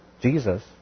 Jesus